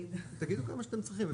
תגידו מה שאתם צריכים.